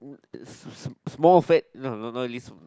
wha~ small fat no no no lis~